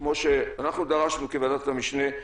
כמו שדרשנו כוועדת המשנה.